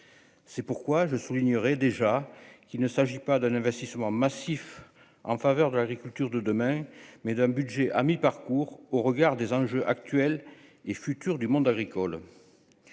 c'est pourquoi je soulignerai déjà qu'il ne s'agit pas d'un investissement massif en faveur de l'agriculture de demain, mais d'un budget à mi-parcours, au regard des enjeux actuels et futurs du monde agricole,